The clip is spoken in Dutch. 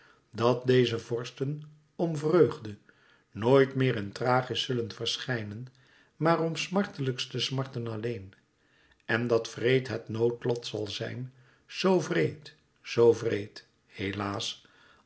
dat deze vorsten om vreugde noit meer in thrachis zullen verschijnen maar om smartelijkste smarten alleen en dat wreed het noodlot zal zijn zoo wreed zoo wreed helaas